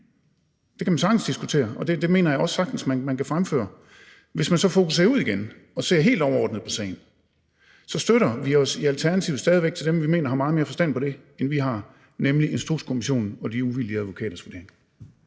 Det kan man sagtens diskutere, og det mener jeg også sagtens man kan fremføre. Hvis man så fokuserer ud igen og ser helt overordnet på sagen, så støtter vi os i Alternativet stadig væk til dem, vi mener har meget mere forstand på det, end vi har, nemlig Instrukskommissionen og de uvildige advokaters vurdering.